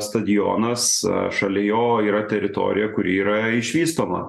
stadionas šalia jo yra teritorija kuri yra išvystoma